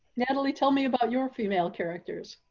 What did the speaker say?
natalie told me about your female characters.